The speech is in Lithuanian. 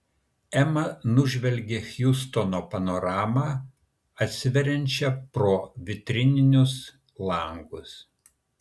ema nužvelgė hjustono panoramą atsiveriančią pro vitrininius langus